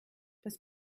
das